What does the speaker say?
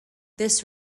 this